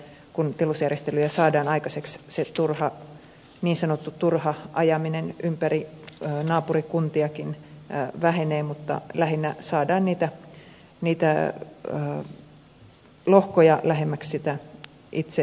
kun tilusjärjestelyjä saadaan aikaiseksi se turha niin sanottu turha ajaminen ympäri naapurikuntiakin vähenee mutta lähinnä saadaan niitä lohkoja lähemmäksi itse sitä päämaatilaa